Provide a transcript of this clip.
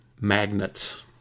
magnets